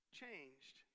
changed